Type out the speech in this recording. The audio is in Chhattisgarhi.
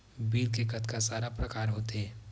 बिल के कतका सारा प्रकार होथे?